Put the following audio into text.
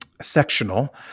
sectional